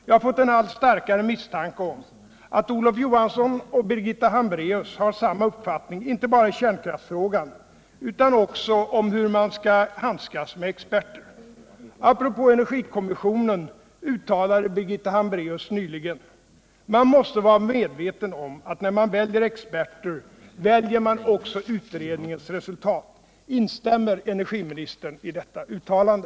Jag har fått en allt starkare misstanke om att Olof Johansson och Birgitta Hambraeus har samma uppfattning inte bara i kärnkraftsfrågan utan också om hur man skall handskas med experter. Apropå energikommissionen uttalade Birgitta Hambraeus nyligen: ”Man måste vara medveten om att när man väljer experter väljer man också utredningens resultat.” Instämmer energiministern i detta uttalande?